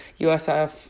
USF